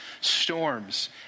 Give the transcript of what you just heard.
storms